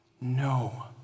No